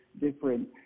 different